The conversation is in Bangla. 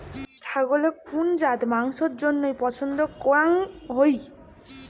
ছাগলের কুন জাত মাংসের জইন্য পছন্দ করাং হই?